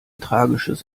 tragisches